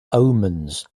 omens